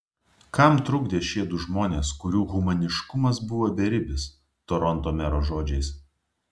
kam trukdė šie du žmonės kurių humaniškumas buvo beribis toronto mero žodžiais